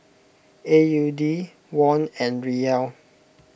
A U D Won and Riyal